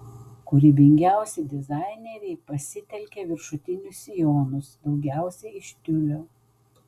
kūrybingiausi dizaineriai pasitelkė viršutinius sijonus daugiausiai iš tiulio